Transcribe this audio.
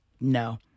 no